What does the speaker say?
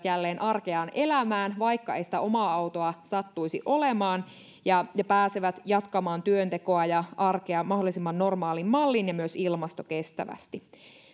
jälleen arkeaan elämään vaikka ei sitä omaa autoa sattuisi olemaan ja pääsevät jatkamaan työntekoa ja arkea mahdollisimman normaalin malliin ja myös ilmastokestävästi